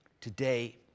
today